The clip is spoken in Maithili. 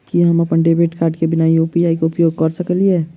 की हम अप्पन डेबिट कार्ड केँ बिना यु.पी.आई केँ उपयोग करऽ सकलिये?